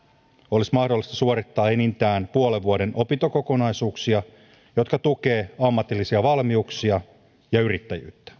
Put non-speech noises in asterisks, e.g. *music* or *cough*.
olisi mahdollista suorittaa enintään puolen vuoden opintokokonaisuuksia jotka tukevat ammatillisia valmiuksia ja yrittäjyyttä *unintelligible*